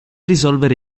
risolvere